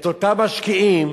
את אותם משקיעים,